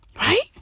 right